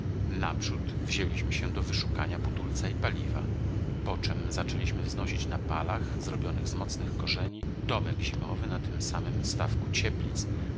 naprzód wzięliśmy się do wyszukania budulca i paliwa poczem zaczęliśmy wznosić na palach zrobionych z mocnych korzeni domek zimowy na tym samym stawku cieplic